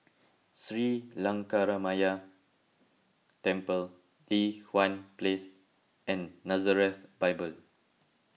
Sri Lankaramaya Temple Li Hwan Place and Nazareth Bible